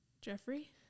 Jeffrey